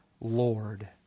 Lord